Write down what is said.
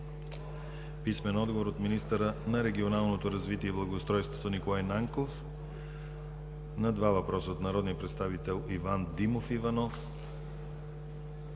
Пенчо Милков; - министъра на регионалното развитие и благоустройството Николай Нанков на два въпроса от народния представител Иван Димов Иванов;